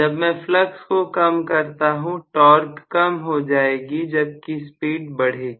जब मैं फ्लक्स को कम करता हूं टॉर्क कम हो जाएगी जबकि स्पीड बढ़ेगी